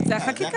זוהי החקיקה,